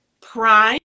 Prime